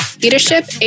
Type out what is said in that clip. leadership